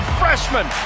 freshman